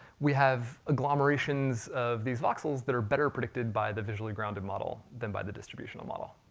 we have glomerations of these voxels that are better predicted by the visually grounded model, than by the distributional model,